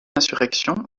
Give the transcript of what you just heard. insurrection